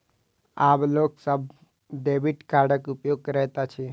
आब लोक सभ डेबिट कार्डक उपयोग करैत अछि